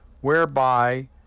whereby